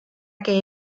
que